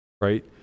right